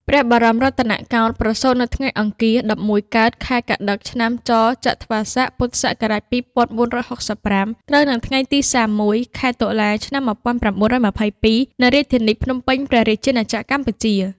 ព្រះបរមរតនកោដ្ឋ ប្រសូតនៅថ្ងៃអង្គារ ១១កើត ខែកត្តិក ឆ្នាំច ចត្វាស័ក ព.ស.២៤៦៥ ត្រូវនឹងថ្ងៃទី៣១ ខែតុលា ឆ្នាំ១៩២២ នៅរាជធានីភ្នំពេញ ព្រះរាជាណាចក្រកម្ពុជា។